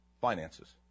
finances